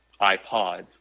iPod